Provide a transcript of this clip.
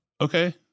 okay